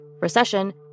recession